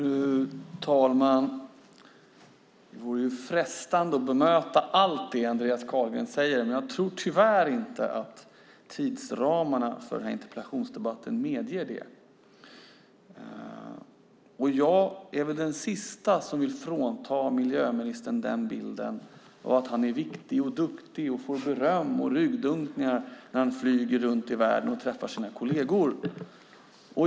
Fru talman! Det vore frestande att bemöta allt det Andreas Carlgren säger, men jag tror tyvärr inte att tidsramarna för interpellationsdebatten medger det. Jag är väl den siste att vilja frånta miljöministern bilden av att han är viktig och duktig och får beröm och ryggdunkningar när han flyger runt i världen och träffar sina kolleger.